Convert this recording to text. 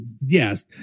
yes